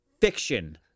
fiction